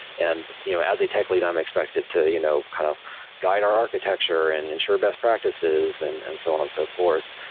and you know as a tech lead, i'm expected to you know kind of guide our architecture and ensure best practices and and so on and so forth.